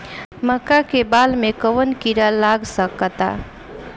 मका के बाल में कवन किड़ा लाग सकता?